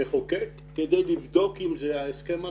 המחוקק כדי לבדוק אם זה ההסכם הנכון?